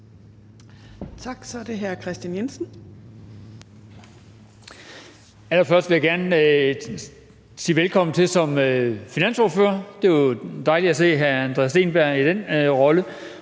Kl. 12:03 Kristian Jensen (V): Allerførst vil jeg gerne sige velkommen til som finansordfører. Det er dejligt at se hr. Andreas Steenberg i den rolle.